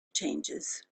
changes